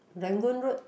Rangoon Road